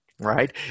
Right